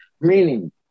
meaning